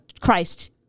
Christ